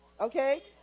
Okay